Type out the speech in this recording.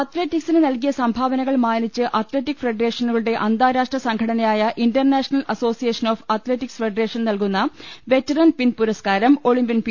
അത്ലറ്റിക്സിന് നൽകിയ സംഭാവനകൾ മാനിച്ച് അത്ലറ്റിക് ഫെഡറേഷനുകളുടെ അന്താരാഷ്ട്ര സംഘടനയായ international association of athletics federation നൽകുന്ന വെറ്ററൻ പിൻ പുരസ്കാരം ഒളിംപ്യൻ പി